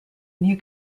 new